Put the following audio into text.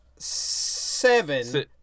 seven